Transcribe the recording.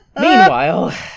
Meanwhile